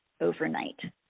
overnight